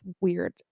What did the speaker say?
weird